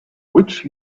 which